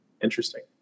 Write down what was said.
interesting